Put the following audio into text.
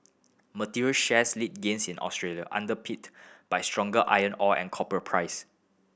materials shares lead gains in Australia underpinned by stronger iron ore and copper price